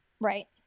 Right